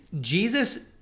Jesus